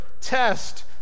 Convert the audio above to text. test